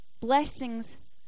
blessings